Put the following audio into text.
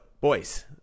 boys